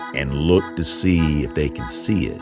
and look to see if they can see it,